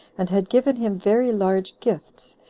and had given him very large gifts,